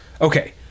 Okay